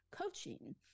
coaching